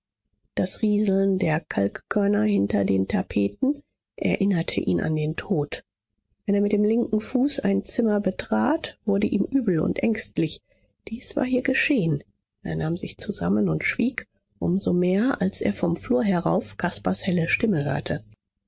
das rieseln der kalkkörner hinter den tapeten erinnerte ihn an den tod wenn er mit dem linken fuß ein zimmer betrat wurde ihm übel und ängstlich dies war hier geschehen er nahm sich zusammen und schwieg um so mehr als er vom flur herauf caspars helle stimme hörte